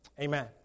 Amen